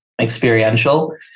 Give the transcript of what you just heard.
experiential